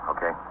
Okay